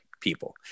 people